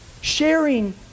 sharing